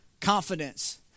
confidence